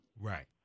Right